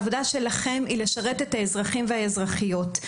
העבודה שלכם זה לשרת את האזרחים והאזרחיות,